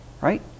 right